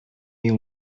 you